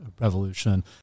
revolution